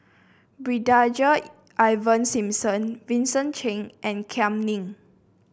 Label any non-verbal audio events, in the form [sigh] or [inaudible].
[unintelligible] Ivan Simson Vincent Cheng and Kam Ming